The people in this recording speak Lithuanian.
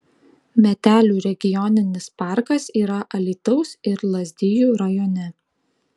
metelių regioninis parkas yra alytaus ir lazdijų rajone